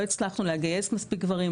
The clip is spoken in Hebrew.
לא הצלחנו לגייס מספיק גברים,